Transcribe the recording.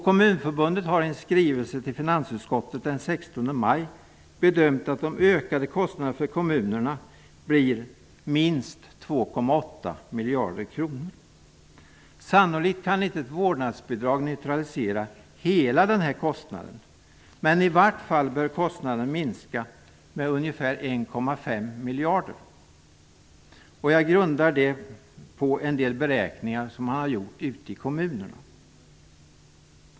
Kommunförbundet har i en skrivelse till finansutskottet den 16 maj bedömt att de ökade kostnaderna för kommunerna blir minst 2,8 Ett vårdnadsbidrag kan sannolikt inte neutralisera hela denna kostnad. Men kostnaden bör i vart fall minska med ungefär 1,5 miljarder. Jag grundar detta på en del beräkningar som har gjorts i kommunerna.